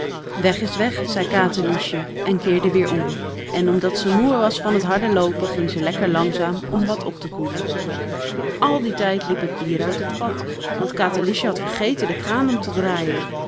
weg is weg zei katerliesje en keerde weer om en omdat ze moê was van t harde loopen ging ze lekker langzaam om wat op te koelen al dien tijd liep het bier uit het vat want katerliesje had vergeten de kraan om te draaien